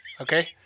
Okay